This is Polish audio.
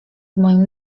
moim